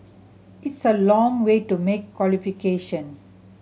it's a long way to make qualification